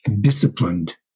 disciplined